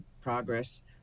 progress